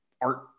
art